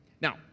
Now